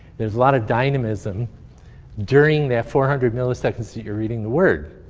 there's a lot of dynamism during that four hundred milliseconds that you're reading the word.